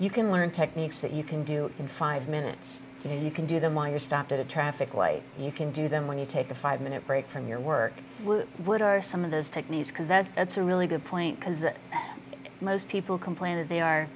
you can learn techniques that you can do in five minutes and you can do them while you're stopped at a traffic light and you can do them when you take a five minute break from your work what are some of those techniques because that's a really good point because that most people complain that they are